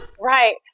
Right